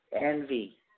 envy